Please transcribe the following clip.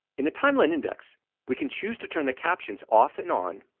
in the timeline index we can choose to turn the captions off and on,